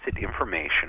information